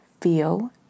feel